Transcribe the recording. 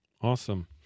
Awesome